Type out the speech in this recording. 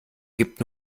gibt